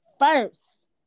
first